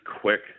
quick